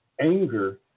anger